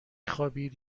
خوابید